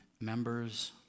members